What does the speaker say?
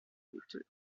route